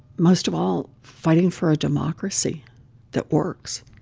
most of all, fighting for a democracy that works